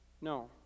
No